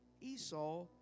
Esau